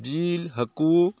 ᱡᱤᱞ ᱦᱟᱹᱠᱩ